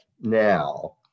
now